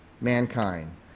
mankind